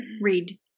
read